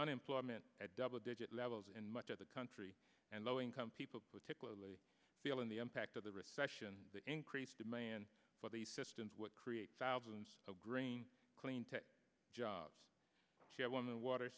unemployment at double digit levels in much of the country and low income people particularly feeling the impact of the recession the increased demand for these systems would create thousands of green clean tech jobs here on the water